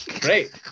Great